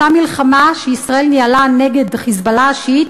אותה מלחמה שישראל ניהלה נגד "חיזבאללה" השיעי,